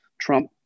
Trump